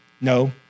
No